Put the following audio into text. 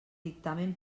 dictamen